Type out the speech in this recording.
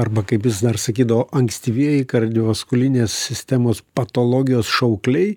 arba kaip jis dar sakydavo ankstyvieji kardiovaskulinės sistemos patologijos šaukliai